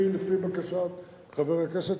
לפי בקשת חבר הכנסת,